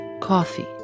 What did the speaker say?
coffee